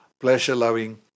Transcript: pleasure-loving